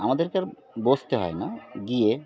আমাদেরকে আর বসতে হয় না গিয়ে